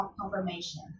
confirmation